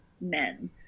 men